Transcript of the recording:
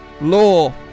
Law